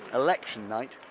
election night,